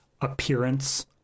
appearance